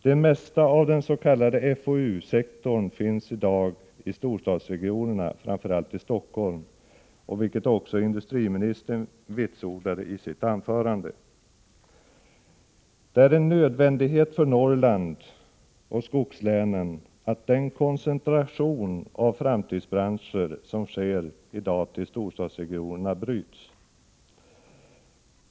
Det mesta av den s.k. FoU-sektorn finns i dag i storstadsregionerna — framför allt i Stockholm — vilket också industriministern vitsordade i sitt anförande. Det är en nödvändighet för Norrland och skogslänen att den koncentration av framtidsbranscher till storstadsregionerna som i dag sker bryts.